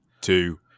two